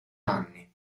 anni